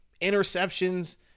interceptions